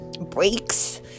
breaks